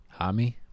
Hami